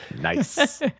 Nice